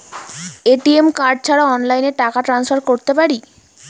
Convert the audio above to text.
ATM card ছাড়া অনলাইনে টাকা টান্সফার করতে পারি?